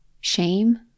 Shame